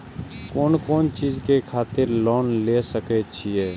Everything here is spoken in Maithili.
कोन कोन चीज के खातिर लोन ले सके छिए?